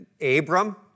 Abram